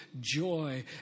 joy